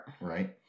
Right